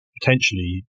potentially